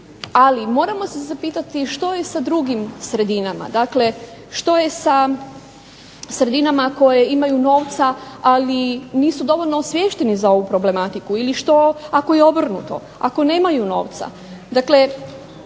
Ali moramo se zapitati što je sa drugim sredinama, dakle što je sa sredinama koje imaju novca ali nisu dovoljno osviješteni za ovu problematiku ili što ako je obrnuto, ako nemaju novca.